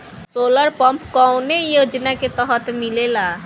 Solar pump कौने योजना के तहत मिलेला?